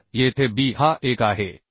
तर येथे b हा 1 आहे